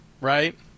right